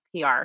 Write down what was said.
PR